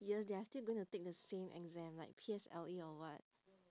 year they are still gonna take the same exam like P_S_L_E or what